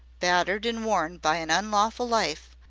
battered and worn by an unlawful life,